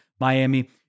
Miami